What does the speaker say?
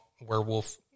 werewolf